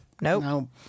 Nope